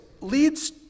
leads